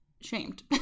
shamed